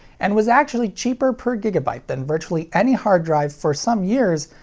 and was actually cheaper per gigabyte than virtually any hard drive for some years,